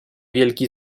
wielki